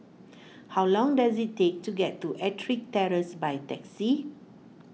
how long does it take to get to Ettrick Terrace by taxi